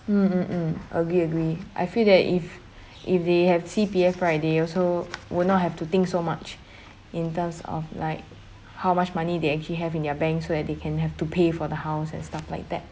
mm mm mm agree agree I feel that if if they have C_P_F right they also will not have to think so much in terms of like how much money they actually have in their bank so that they can have to pay for the house and stuff like that